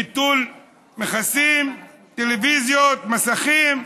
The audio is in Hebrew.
ביטול מכסים, טלוויזיות, מסכים,